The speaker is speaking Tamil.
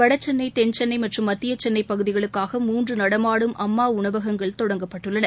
வடசென்னை தென்சென்னை மற்றும் மத்திய சென்னை பகுதிகளுக்காக மூன்று நடமாடும் அம்மா உணவகங்கள் தொடங்கப்பட்டுள்ளன